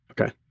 Okay